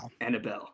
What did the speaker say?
annabelle